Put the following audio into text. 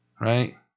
right